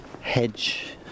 hedge